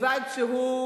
בתנאי שהוא שלנו.